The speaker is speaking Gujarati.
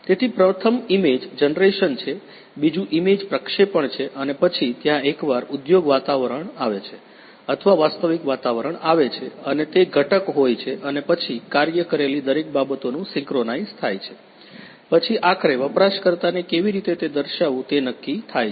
તેથી પ્રથમ ઇમેજ જનરેશન છે બીજું ઇમેજ પ્રક્ષેપણ છે અને પછી ત્યાં એકવાર ઉદ્યોગ વાતાવરણ આવે છે અથવા વાસ્તવિક વાતાવરણ આવે છે અને તે ઘટક હોય છે અને પછી કાર્ય કરેલી દરેક બાબતોનું સિંક્રોનાઈઝ થાય છે પછી આખરે વપરાશકર્તા ને કેવી રીતે તે દર્શાવવું તે નક્કી થાય છે